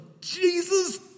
Jesus